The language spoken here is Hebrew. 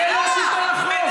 זה לא שלטון החוק.